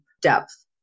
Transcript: depth